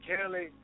Kelly